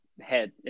head